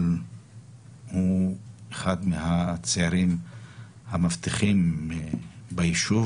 אבל הוא אחד מהצעירים המבטיחים ביישוב,